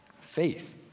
Faith